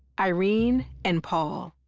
irene and paul.